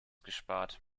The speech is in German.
gespart